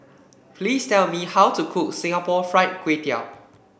please tell me how to cook Singapore Fried Kway Tiao